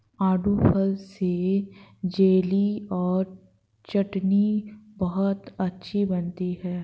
आड़ू फल से जेली और चटनी बहुत अच्छी बनती है